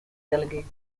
delegates